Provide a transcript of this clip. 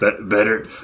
better